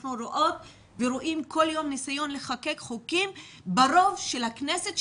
ואנחנו רואות ורואים כל יום ניסיון לחוקק חוקים ברוב של הכנסת,